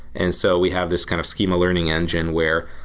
and so we have this kind of schema learning engine where,